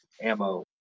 ammo